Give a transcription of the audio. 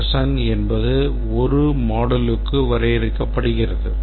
cohesion என்பது ஒரு moduleக்கு வரையறுக்கப்படுகிறது